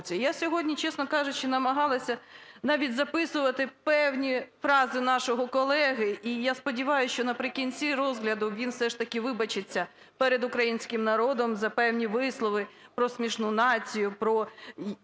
Я сьогодні, чесно кажучи, намагалася навіть записувати певні фрази нашого колеги. І я сподіваюсь, що наприкінці розгляду він все ж таки вибачиться перед українським народом за певні вислови: про "смішну націю", про